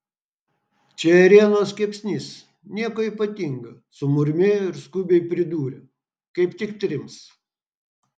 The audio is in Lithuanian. čia ėrienos kepsnys nieko ypatinga sumurmėjo ir skubiai pridūrė kaip tik trims